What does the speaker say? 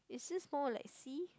is just more like sea